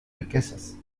riquezas